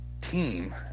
team